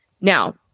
Now